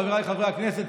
חבריי חברי הכנסת,